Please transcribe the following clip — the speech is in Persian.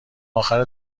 اخر